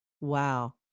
Wow